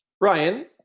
Ryan